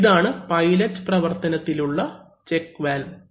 അപ്പോൾ ഇതാണ് പൈലറ്റ് പ്രവർത്തനത്തിലുള്ള ചെക്ക് വാൽവ്